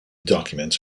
document